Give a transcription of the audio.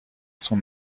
son